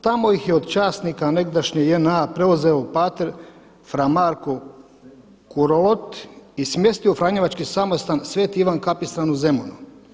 Tamo ih je od časnika negdašnje JNA preuzeo pater fra Marko Kurot i smjestio u franjevački samostan sv. Ivan Kapistan u Zemunu.